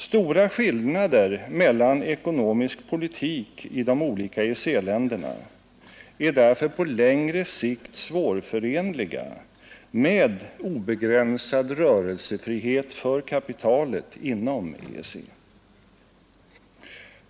Stora skillnader mellan ekonomisk politik i de olika EEC-länderna är därför på längre sikt svårförenliga med obegränsad rörelsefrihet för kapitalet inom EEC.